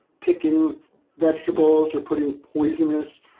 picking vegetables or putting poisonous,